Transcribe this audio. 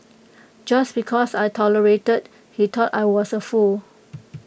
just because I tolerated he thought I was A fool